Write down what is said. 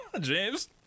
James